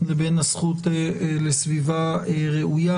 לבין הזכות לסביבה ראויה,